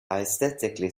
aesthetically